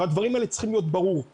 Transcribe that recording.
הדברים האלה צריכים להיות ברורים.